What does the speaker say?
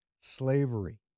slavery